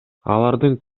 алардын